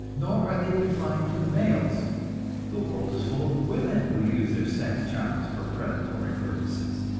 nor are they confined to the males the world is full of women who use their sex charms for predatory purposes,